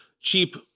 cheap